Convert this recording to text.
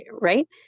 right